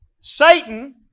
Satan